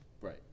Right